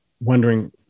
wondering